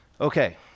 Okay